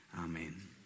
Amen